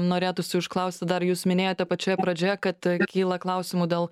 norėtųsi užklausti dar jūs minėjote pačioje pradžioje kad kyla klausimų dėl